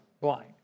blind